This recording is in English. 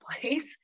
place